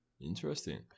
interesting